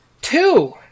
Two